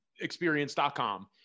experience.com